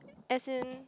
as in